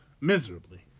miserably